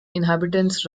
inhabitants